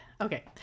okay